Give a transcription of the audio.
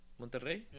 Monterrey